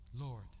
Lord